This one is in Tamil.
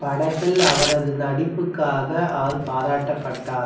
படத்தில் அவரது நடிப்புக்காக அவர் பாராட்டப்பட்டார்